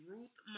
Ruth